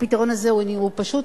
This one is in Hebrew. הפתרון הזה הוא פשוט,